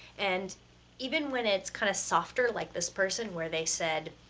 and even when it's kind of softer, like this person, where they said,